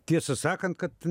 tiesą sakant kad